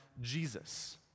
Jesus